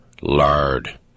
Lard